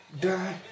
die